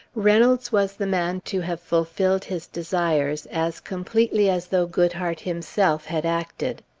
reynolds was the man to have fulfilled his desires as completely as though goodhart himself had acted.